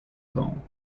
kong